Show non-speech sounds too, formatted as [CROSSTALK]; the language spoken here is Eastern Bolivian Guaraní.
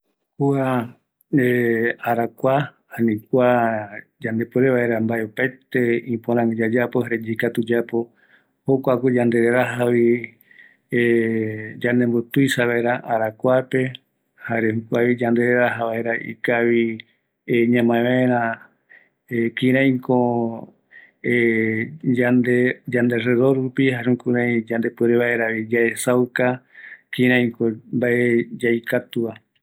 ﻿Kua arakua, ani yande puere vaera opaete iporavi yayapo, jare yaikatu yayapo, jokuako yandererajavi [HESITATION] yandembotuisa vaera arakuape, jare jokuare yandereraja vaera ikavi [HESITATION] ñamaevaera [HESITATION] kiraiko [HESITATION] yande yande alrededor rupi, jare jukurai yande puere vaeravi yaesauka kiraiko mbae yaikatuva